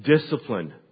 discipline